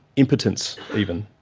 impotence even,